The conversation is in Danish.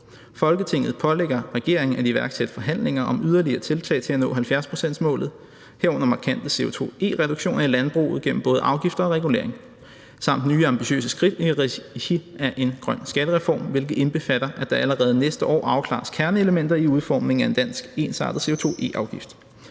Folketinget pålægger regeringen at iværksætte forhandlinger om yderligere tiltag til at nå 70 pct.-målet, herunder markante CO2-e-reduktioner i landbruget gennem både afgifter og regulering, samt nye ambitiøse skridt i regi af en grøn skattereform, hvilket indbefatter, at der allerede næste år afklares kerneelementer i udformningen af en dansk ensartet CO2-e-afgift.